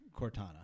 Cortana